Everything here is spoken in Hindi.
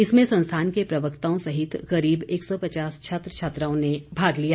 इसमें संस्थान के प्रवक्ताओं सहित करीब एक सौ पचास छात्र छात्राओं ने भाग लिया